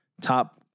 top